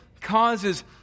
causes